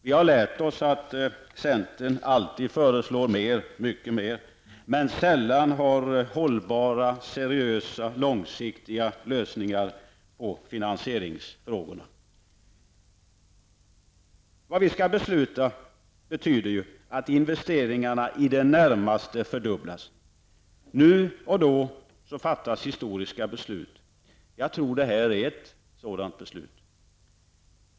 Vi har lärt oss att centern alltid föreslår mer, mycket mer, men att man sällan har hållbara, seriösa, långsiktiga lösningar på finansieringsfrågorna. De beslut vi nu skall fatta betyder att investeringarna i det närmaste fördubblas. Nu och då fattas historiska beslut. Jag tror att det här är ett sådant beslut.